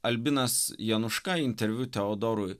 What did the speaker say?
albinas januška interviu teodorui